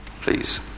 please